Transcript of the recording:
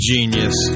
Genius